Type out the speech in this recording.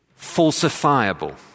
falsifiable